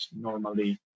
normally